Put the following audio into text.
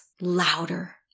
louder